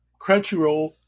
Crunchyroll